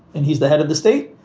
and he's the head of the state.